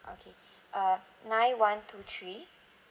okay uh nine one two three